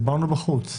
דיברנו בחוץ.